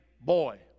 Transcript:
boy